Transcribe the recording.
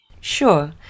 Sure